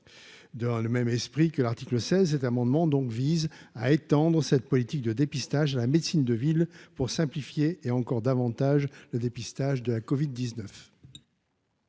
dans le même esprit que l'article 16 cet amendement donc vise à étendre cette politique de dépistage, la médecine de ville, pour simplifier, et encore davantage le dépistage de la Covid 19.